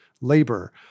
labor